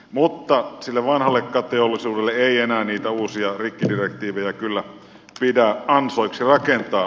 mutta sille vanhallekaan teollisuudelle ei enää niitä uusia rikkidirektiivejä kyllä pidä ansoiksi rakentaa